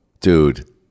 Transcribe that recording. dude